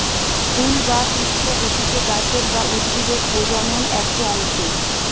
ফুল বা পুস্প হতিছে গাছের বা উদ্ভিদের প্রজনন একটো অংশ